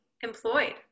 employed